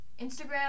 Instagram